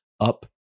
up